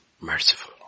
merciful